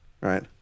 right